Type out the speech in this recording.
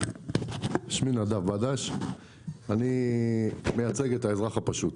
שמי נדב בעדש, אני מייצג את האזרח הפשוט.